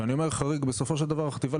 כשאני אומר חריג בסופו של דבר החטיבה